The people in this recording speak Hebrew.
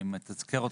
אני מזכיר לך,